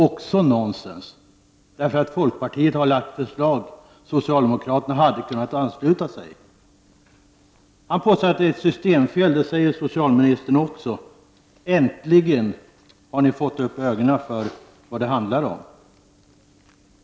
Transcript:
Också nonsens, för folkpartiet har lagt fram förslag som socialdemokraterna hade kunnat ansluta sig till. Lönnberg påstår att det är ett systemfel, och det säger socialministern också. Äntligen har ni fått upp ögonen för vad det handlar om.